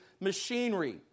machinery